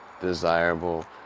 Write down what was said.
desirable